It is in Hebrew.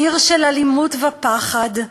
עיר של אלימות ופחד,